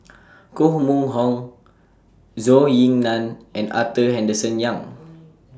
Koh Mun Hong Zhou Ying NAN and Arthur Henderson Young